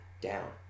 down